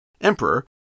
emperor